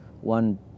one